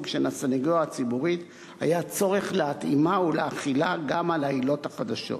של הסניגוריה הציבורית היה צורך להתאימה ולהחילה גם על העילות החדשות.